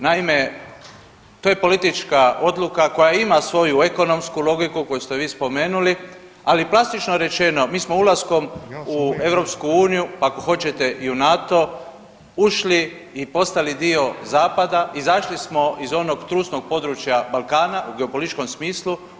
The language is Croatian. Naime, to je politička odluka koja ima svoju ekonomsku logiku koju ste vi spomenuli, ali plastično rečeno mi smo ulaskom u EU, pa ako hoćete i u NATO ušli i postali dio zapada, izašli smo iz onog trusnog područja Balkana u geopolitičkom smislu.